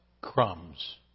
crumbs